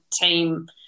team